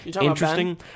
interesting